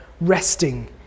resting